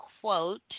quote